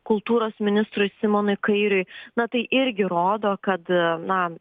kultūros ministrui simonui kairiui na tai irgi rodo kad na